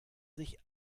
sich